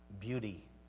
beauty